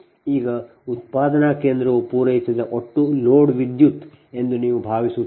ಈಗ ಉತ್ಪಾದನಾ ಕೇಂದ್ರವು ಪೂರೈಸಿದ ಒಟ್ಟು ಲೋಡ್ ವಿದ್ಯುತ್ ಎಂದು ನೀವು ಭಾವಿಸುತ್ತೀರಿ